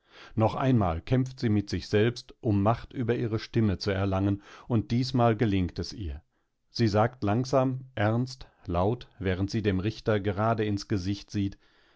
noch einmal kämpft sie mit sich selbst um macht über ihre stimme zu erlangen und diesmal gelingt es ihr sie sagt langsam ernst laut während sie dem richter gerade ins gesicht sieht